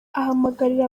ahamagarira